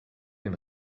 den